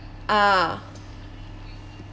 ah